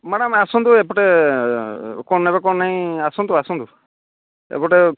madam ଆସନ୍ତୁ ଏପଟେ କ'ଣ ନେବେ କ'ଣ ନାହିଁ ଆସନ୍ତୁ ଆସନ୍ତୁ ଏପଟେ